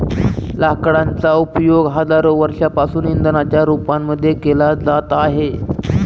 लाकडांचा उपयोग हजारो वर्षांपासून इंधनाच्या रूपामध्ये केला जात आहे